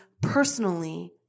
personally